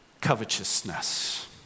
covetousness